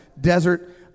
desert